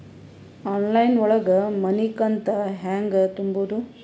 Online ಒಳಗ ಮನಿಕಂತ ಹ್ಯಾಂಗ ತುಂಬುದು?